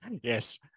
Yes